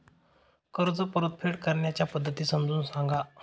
कर्ज परतफेड करण्याच्या पद्धती समजून सांगा